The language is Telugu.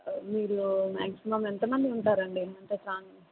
మీరు మ్యాక్సిమమ్ ఎంత మంది ఉంటారండి అంటే సాంగ్